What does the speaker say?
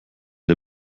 der